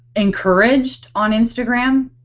encouraged on instagram,